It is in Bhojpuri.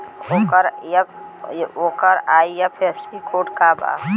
ओकर आई.एफ.एस.सी कोड का बा?